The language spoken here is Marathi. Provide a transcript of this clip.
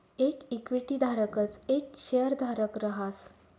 येक इक्विटी धारकच येक शेयरधारक रहास